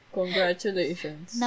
congratulations